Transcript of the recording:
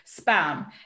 spam